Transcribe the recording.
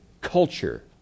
culture